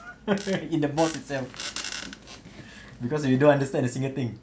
in the mosque itself because we don't understand a single thing